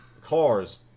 cars